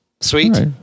Sweet